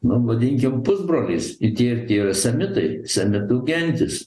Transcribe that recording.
na vadinkim pusbroliais ir tie ir tie yra semitai semitų gentys